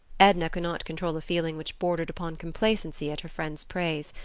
edna could not control a feeling which bordered upon complacency at her friend's praise,